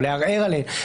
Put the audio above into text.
או לערער עליהן,